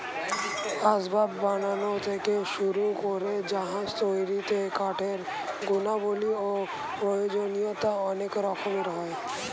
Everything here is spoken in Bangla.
আসবাব বানানো থেকে শুরু করে জাহাজ তৈরিতে কাঠের গুণাবলী ও প্রয়োজনীয়তা অনেক রকমের হয়